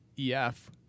EF